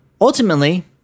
Ultimately